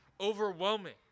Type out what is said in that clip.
overwhelming